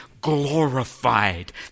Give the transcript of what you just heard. glorified